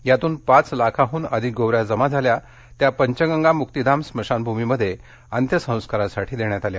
यातून पाच लाखाहून अधिक गोवऱ्या जमा झाल्या त्या पंचगंगा मुक्ती धाम स्मशानभूमीमध्ये अंत्यसंस्कारासाठी देण्यात आल्या